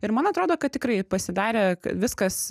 ir man atrodo kad tikrai pasidarė viskas